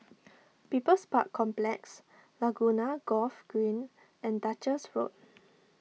People's Park Complex Laguna Golf Green and Duchess Road